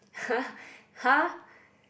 !huh!